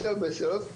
בסוף,